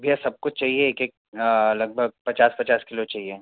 भैया सब कुछ चाहिए एक एक लगभग पचास पचास किलो चाहिए